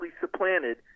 supplanted